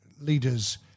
leaders